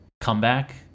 comeback